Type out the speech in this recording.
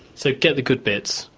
so get the good bits,